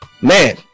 Man